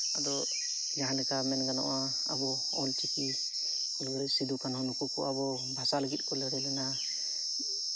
ᱟᱫᱚ ᱡᱟᱦᱟᱸ ᱞᱮᱠᱟ ᱢᱮᱱ ᱜᱟᱱᱚᱜᱼᱟ ᱟᱵᱚ ᱚᱞᱪᱤᱠᱤ ᱦᱩᱞᱜᱟᱹᱨᱭᱟᱹ ᱥᱤᱫᱩᱼᱠᱟᱹᱱᱩ ᱱᱩᱠᱩ ᱠᱚ ᱵᱷᱟᱥᱟ ᱞᱟᱹᱜᱤᱫ ᱠᱚ ᱞᱟᱹᱲᱦᱟᱹᱭ ᱞᱮᱱᱟ